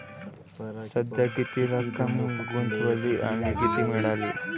सध्या किती रक्कम गुंतवली आणि किती मिळाली